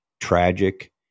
tragic